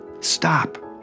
Stop